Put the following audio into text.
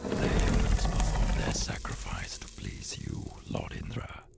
the humans perform their sacrifice to please you, lord indra.